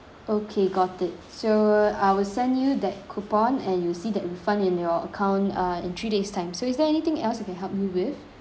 okay got it so I will send you that coupon and you'll see that refund in your account uh in three days time so is there anything else I can help you with